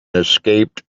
escaped